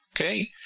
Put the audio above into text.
Okay